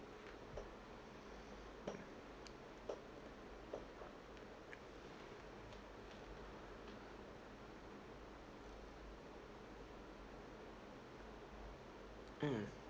mm